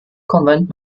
konvent